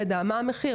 מה המחיר?